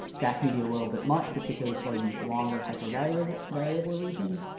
that can be a little bit much, particularly for these longer hypervariable hypervariable regions.